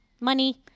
Money